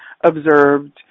observed